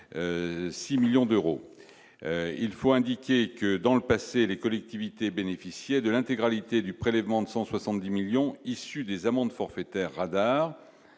millions d'euros, il faut indiquer que dans le passé, les collectivités, bénéficier de l'intégralité du prélèvement de 170 millions issus des amendes forfaitaires radar